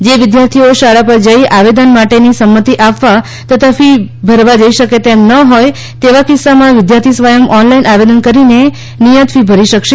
જે વિદ્યાર્થીઓ શાળા પર જઇ આવેદન માટેની સંમતિ આપવા તથા ફી ભરવા જઇ શકે તેમ ન હોય તેવા કિસ્સામાં વિદ્યાર્થી સ્વયં ઓનલાઇન આવેદન કરીને નિયત ફી ભરી શકશે